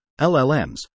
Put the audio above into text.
LLMs